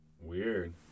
Weird